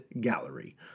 gallery